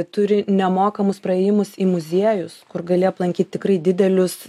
turi nemokamus praėjimus į muziejus kur gali aplankyt tikrai didelius